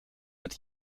met